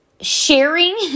sharing